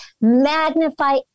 Magnify